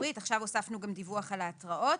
המקורית עכשיו הוספנו גם דיווח על ההתראות.